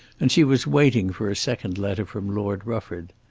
and she was waiting for a second letter from lord rufford.